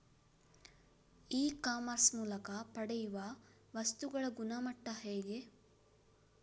E commerce ಮೂಲಕ ಪಡೆಯುವ ವಸ್ತುಗಳ ಗುಣಮಟ್ಟ ಹೇಗೆ?